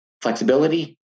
flexibility